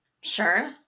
Sure